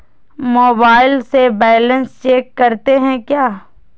Mobile से balance check करते हैं क्या?